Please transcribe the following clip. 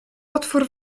otwór